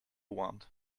want